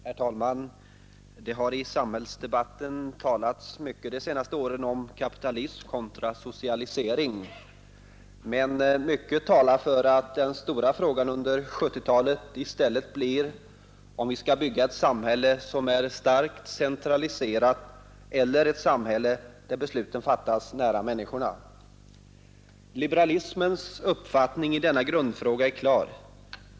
Herr talman! Det har i samhällsdebatten de senaste åren talats mycket om kapitalism kontra socialisering. Men mycket talar för att den stora frågan under 1970-talet i stället blir om vi skall bygga ett samhälle som är starkt centraliserat eller ett samhälle där besluten fattas nära människorna. Liberalismens uppfattning i denna grundfråga är klar.